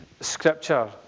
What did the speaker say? scripture